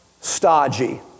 stodgy